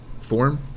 form